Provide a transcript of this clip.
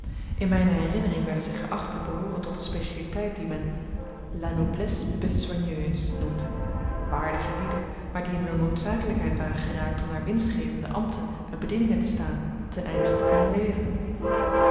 in mijne herinnering werden zij geacht te behooren tot de specialiteit die men la noblesse besoigneuse noemt waardige lieden maar die in de noodzakelijkheid waren geraakt om naar winstgevende ambten en bedieningen te staan ten einde te kunnen leven